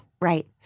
Right